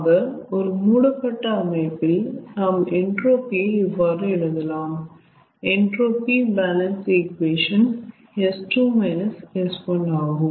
ஆக ஒரு மூடப்பட்ட அமைப்பில் நாம் என்ட்ரோபி யை இவ்வாறு எழுதலாம் entropy balance equation S2 S1 ஆகும்